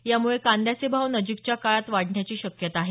यामुळे कांद्याचे भाव नजीकच्या काळात वाढण्याची शक्यता आहे